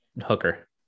Hooker